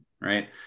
Right